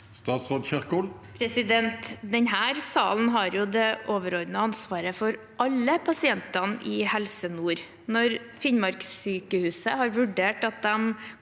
Ingvild Kjerkol Denne salen har det overordnede ansvaret for alle pasientene i Helse Nord. Finnmarkssykehuset har vurdert at de